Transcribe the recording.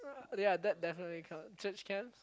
ya that definitely count church camps